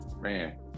man